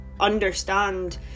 understand